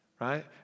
right